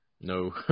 No